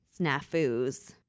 snafus